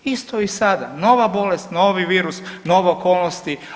Isto i sada, nova bolest, novi virus, nove okolnosti.